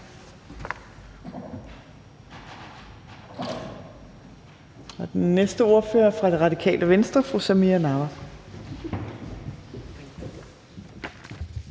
Og den næste ordfører er fra Radikale Venstre, fru Samira Nawa.